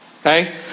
Okay